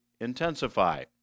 intensify